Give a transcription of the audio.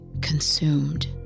consumed